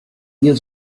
ihr